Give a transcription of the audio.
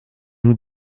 nous